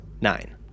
Nine